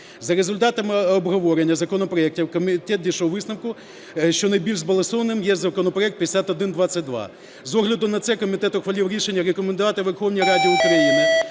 За результатами обговорення законопроектів комітет дійшов висновку, що найбільш збалансованим є законопроект 5122. З огляду на це, комітет ухвалив рішення рекомендувати Верховній Раді України,